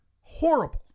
horrible